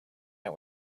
out